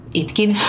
itkin